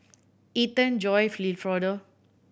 Ethen Joye Wilfredo